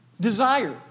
desire